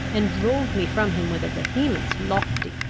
and drove me from him with a vehemence lofty,